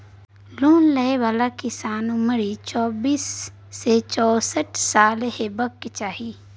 loan लय बला किसानक उमरि चौबीस सँ पैसठ साल हेबाक चाही